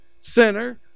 Center